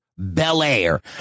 bel-air